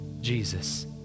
Jesus